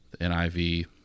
NIV